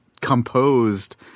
composed